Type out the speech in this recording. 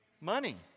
Money